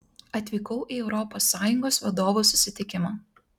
atvykau į europos sąjungos vadovų susitikimą